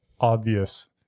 Obvious